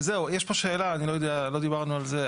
יש פה שאלה, אני לא יודע, לא דיברנו על זה.